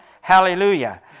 Hallelujah